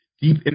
deep